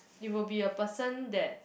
it will be a person that